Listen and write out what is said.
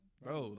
bro